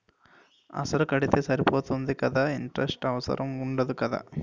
అసలు కడితే సరిపోతుంది కదా ఇంటరెస్ట్ అవసరం ఉండదు కదా?